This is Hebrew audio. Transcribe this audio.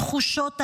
תחושות אשמה,